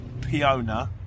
Piona